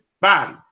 body